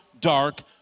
dark